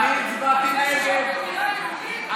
על זה שיש לנו מדינה יהודית?